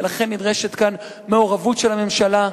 ולכן נדרשת כאן מעורבות של הממשלה.